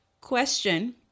Question